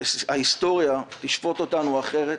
שההיסטוריה תשפוט אותנו אחרת